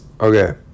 okay